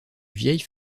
vieilles